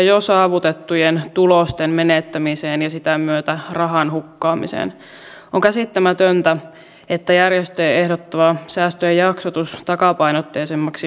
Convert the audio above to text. ely keskusten te toimistojen ja maakuntien liittojen tehtävät on mahdollista siirtää lähes kokonaisuudessaan tuleville itsehallintoalueille